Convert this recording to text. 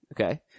Okay